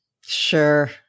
sure